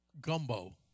gumbo